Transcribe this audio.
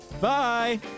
Bye